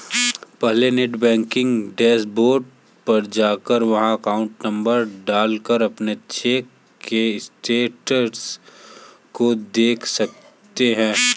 पहले net banking dashboard पर जाकर वहाँ अकाउंट नंबर डाल कर अपने चेक के स्टेटस को देख सकते है